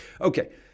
Okay